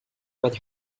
with